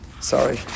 Sorry